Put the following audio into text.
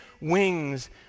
wings